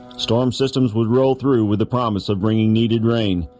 storm systems would roll through with the promise of bringing needed rain.